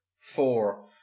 Four